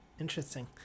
Interesting